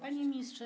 Panie Ministrze!